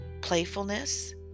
playfulness